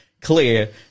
clear